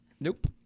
Nope